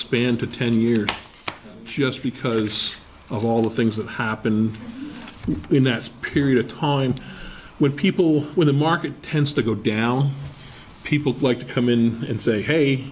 span to ten years just because of all the things that happened in that's period of time when people when the market tends to go down people like to come in and say hey